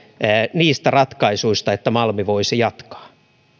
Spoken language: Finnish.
niistä ratkaisuista että malmi voisi jatkaa